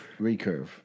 Recurve